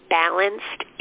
balanced